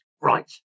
right